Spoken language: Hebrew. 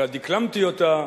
אלא דקלמתי אותה,